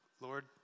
Lord